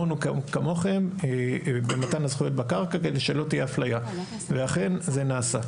לא על זה אני מדבר.